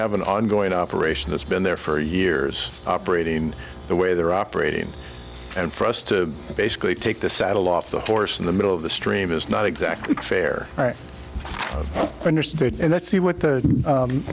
have an ongoing operation that's been there for years operating in the way they're operating and for us to basically take the saddle off the horse in the middle of the stream is not exactly fair for understood and that's what the